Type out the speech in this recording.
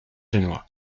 génois